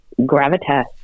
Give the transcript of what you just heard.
gravitas